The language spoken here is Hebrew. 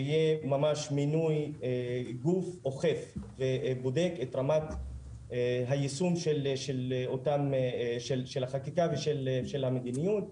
שיהיה ממש מינוי גוף אוכף ובודק את רמת היישום של החקיקה והמדיניות.